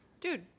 Dude